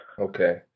Okay